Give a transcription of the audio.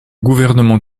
gouvernement